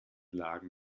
lagen